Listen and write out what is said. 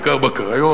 בעיקר בקריות,